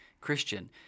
Christian